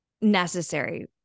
necessary